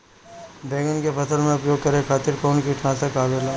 बैंगन के फसल में उपयोग करे खातिर कउन कीटनाशक आवेला?